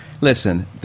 Listen